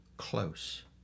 close